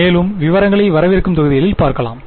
மேலும் விவரங்களை வரவிருக்கும் தொகுதிகளில் பார்க்கலாம்